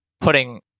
putting